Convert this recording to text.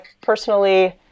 personally